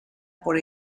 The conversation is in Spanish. por